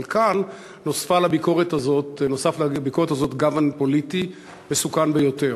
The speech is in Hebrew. אבל כאן נוסף לביקורת הזאת גוון פוליטי מסוכן ביותר.